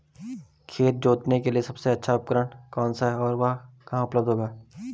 खेत जोतने के लिए सबसे अच्छा उपकरण कौन सा है और वह कहाँ उपलब्ध होगा?